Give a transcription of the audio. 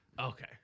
Okay